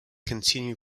continue